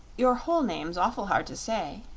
your whole name's awful hard to say.